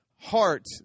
heart